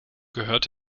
gehört